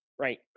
Right